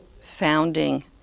founding